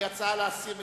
היא הצעה להסיר מסדר-היום.